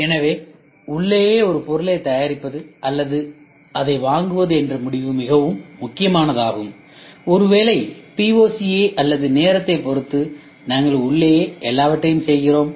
எனவே உள்ளேயே ஒரு பொருளை தயாரிப்பது அல்லது அதை வாங்குவது என்ற முடிவு மிகவும் முக்கியமானது ஆகும் ஒருவேளை POC ஐ அல்லது நேரத்தை பொறுத்து நாங்கள் உள்ளேயே எல்லாவற்றையும் செய்கிறோம்